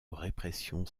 répression